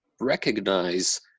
recognize